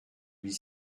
huit